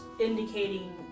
indicating